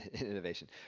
innovation